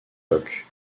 coques